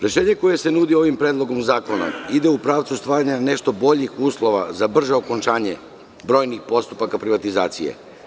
Rešenje koje se nudi ovim predlogom zakona ide u pravcu stvaranja nešto boljih uslova za brže okončanje brojnih postupaka privatizacije.